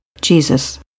Jesus